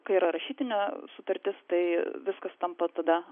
kai yra rašytinė sutartis tai viskas tampa tada